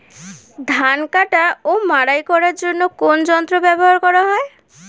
ধান কাটা ও মাড়াই করার জন্য কোন যন্ত্র ব্যবহার করা হয়?